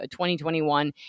2021